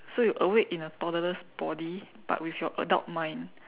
so you awake in a toddler's body but with your adult mind